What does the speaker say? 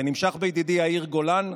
ונמשך בידידי יאיר גולן,